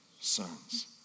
Sons